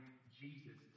Jesus